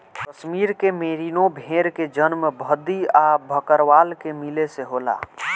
कश्मीर के मेरीनो भेड़ के जन्म भद्दी आ भकरवाल के मिले से होला